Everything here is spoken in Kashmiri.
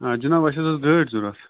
آ جِناب اَسہِ حظ ٲسۍ گٲڑۍ ضوٚرَتھ